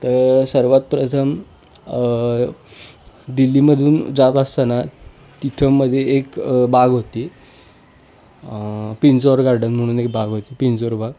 तर सर्वांत प्रथम दिल्लीमधून जात असताना तिथं मध्ये एक बाग होती पिंजौर गार्डन म्हणून एक बाग होती पिंजौर बाग